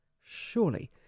Surely